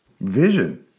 vision